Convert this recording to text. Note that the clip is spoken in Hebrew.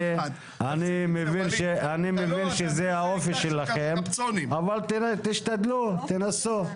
אני מבין שזה האופי שלכם, אבל תשתדלו, תנסו.